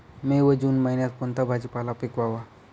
मे व जून महिन्यात कोणता भाजीपाला पिकवावा?